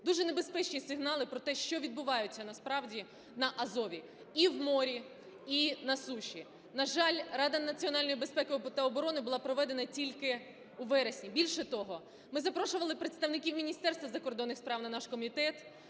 дуже небезпечні сигнали про те, що відбувається насправді на Азові, і в морі, і на суші. На жаль, Рада національної безпеки та оброни була проведена тільки у вересні. Більше того, ми запрошували представників Міністерства закордонних справ на наш комітет